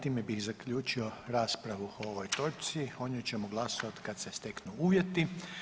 Time bih zaključio raspravu o ovoj točci, o njoj ćemo glasovat kad se steknu uvjeti.